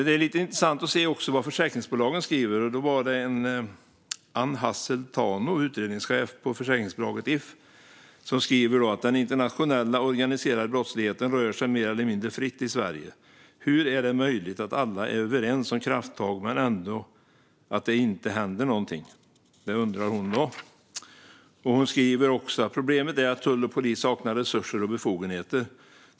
Det är lite intressant att se vad försäkringsbolagen skriver. Ann Hassel Tano, utredningschef på försäkringsbolaget If, skriver: "Den internationella, organiserade brottsligheten rör sig mer eller mindre fritt i Sverige. Hur är det möjligt att alla är överens om krafttag men att det ändå inte händer någonting?" Det undrar hon. Hon skriver också: "Problemet är att tull och polis saknar resurser och befogenheter.